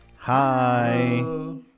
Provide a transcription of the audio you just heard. Hi